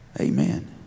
Amen